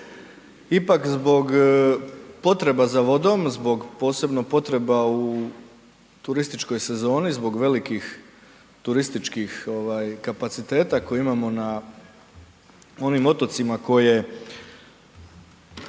ipak zbog potreba za vodom, zbog posebno potreba u turističkoj sezoni, zbog velikih turističkih kapaciteta koje imamo na onim otocima koji